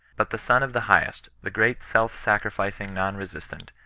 but the son of the highest, the great self-sacrificing kon-besistant,